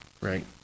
Right